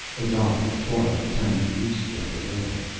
odal was gone by the time he reached the upper level.